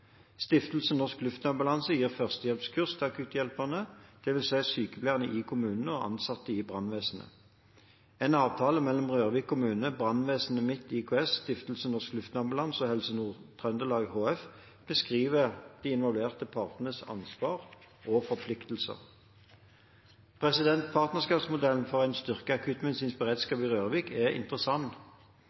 Stiftelsen Norsk Luftambulanse gir førstehjelpskurs til akutthjelpere, dvs. sykepleiere i kommunen og ansatte i brannvesenet. En avtale mellom Røyrvik kommune, Brannvesenet Midt IKS, Stiftelsen Norsk Luftambulanse og Helse Nord-Trøndelag HF beskriver de involverte partenes ansvar og forpliktelser. Partnerskapsmodellen for en styrket akuttmedisinsk beredskap i Røyrvik er interessant,